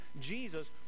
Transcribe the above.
Jesus